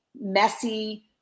messy